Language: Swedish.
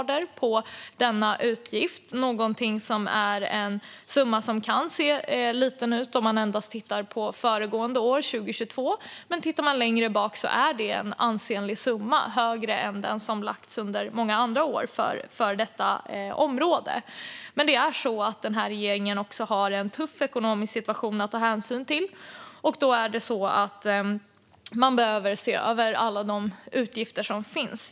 Det är en summa som kan se liten ut om man endast tittar på föregående år, 2022. Men tittar man längre bakåt ser man att det är en ansenlig summa, högre än den som avsatts för detta område många andra år. Men regeringen har också en tuff ekonomisk situation att ta hänsyn till och behöver se över alla utgifter.